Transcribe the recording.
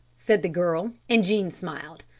said the girl, and jean smiled.